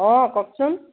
অঁ কওকচোন